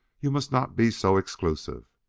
you must not be so exclusive.